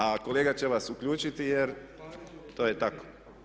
A kolega će vas uključiti jer to je tako.